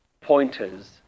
pointers